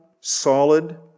solid